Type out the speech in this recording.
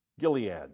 Gilead